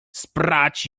sprać